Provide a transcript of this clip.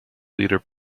leader